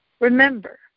remember